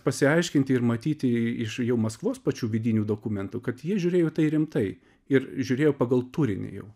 pasiaiškinti ir matyti iš jau maskvos pačių vidinių dokumentų kad jie žiūrėjo į tai rimtai ir žiūrėjo pagal turinį jau